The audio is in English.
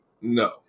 no